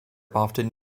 often